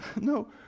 no